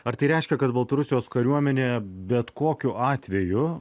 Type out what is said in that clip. ar tai reiškia kad baltarusijos kariuomenė bet kokiu atveju